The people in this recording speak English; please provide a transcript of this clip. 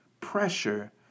pressure